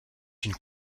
une